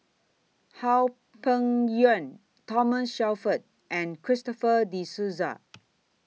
How Peng Yuan Thomas Shelford and Christopher De Souza